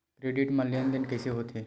Credit मा लेन देन कइसे होथे?